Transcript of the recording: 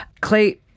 Clay